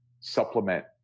supplement